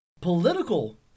political